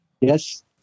yes